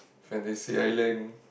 Fantasy-Island